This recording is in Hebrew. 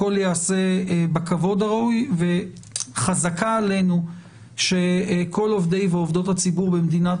הכול ייעשה בכבוד הראוי וחזקה עלינו שכל עובדי ועובדות הציבור במדינת